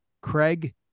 Craig